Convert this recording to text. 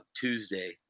Tuesday